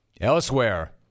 Elsewhere